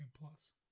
Plus